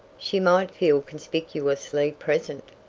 she might feel conspicuously present.